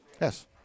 Yes